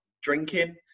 drinking